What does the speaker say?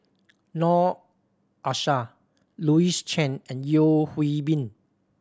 Noor Aishah Louis Chen and Yeo Hwee Bin